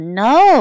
no